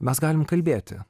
mes galim kalbėti